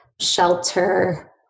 shelter